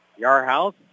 Yarhouse